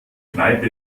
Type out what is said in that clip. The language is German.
kneipe